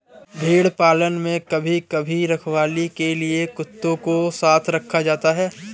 भेड़ पालन में कभी कभी रखवाली के लिए कुत्तों को साथ रखा जाता है